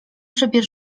szybie